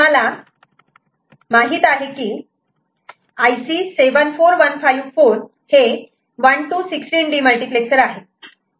तुम्हाला माहित आहे की IC 74154 हे 1 to 16 डीमल्टिप्लेक्सर आहे